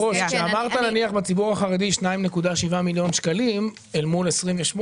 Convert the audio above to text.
כשאמרת שבציבור החרדי זה 2.7 מיליון שקלים לעומת 28